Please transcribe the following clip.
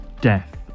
Death